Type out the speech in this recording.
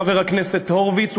חבר הכנסת הורוביץ,